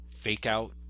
fake-out